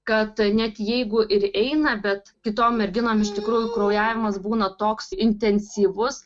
kad net jeigu ir eina bet kitom merginom iš tikrųjų kraujavimas būna toks intensyvus